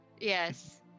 yes